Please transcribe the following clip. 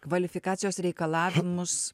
kvalifikacijos reikalavimus